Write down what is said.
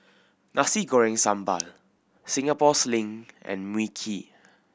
Nasi Goreng Sambal Singapore Sling and Mui Kee